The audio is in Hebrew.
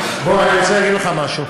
בוא, אני רוצה להגיד לך משהו,